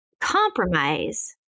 compromise